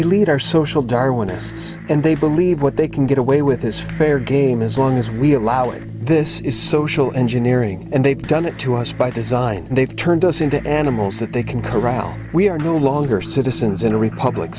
darwinists and they believe what they can get away with is fair game as long as we allow it this is social engineering and they've done it to us by design they've turned us into animals that they can corral we are no longer citizens in a republic